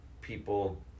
people